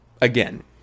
again